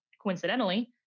coincidentally